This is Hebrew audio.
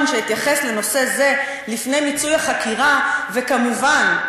שאתייחס לנושא זה לפני מיצוי החקירה"; וכמובן,